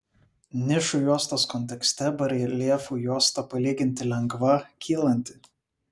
nišų juostos kontekste bareljefų juosta palyginti lengva kylanti